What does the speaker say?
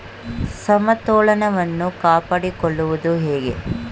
ಸಮತೋಲನವನ್ನು ಕಾಪಾಡಿಕೊಳ್ಳುವುದು ಹೇಗೆ?